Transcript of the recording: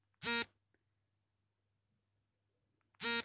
ಸಸ್ಯಜನ್ಯ ಕೀಟನಾಶಕಕ್ಕೆ ಉದಾಹರಣೆ ನೀಡಿ?